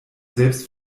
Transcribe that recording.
selbst